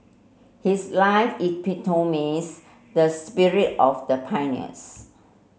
his life epitomised the spirit of the pioneers